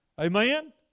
Amen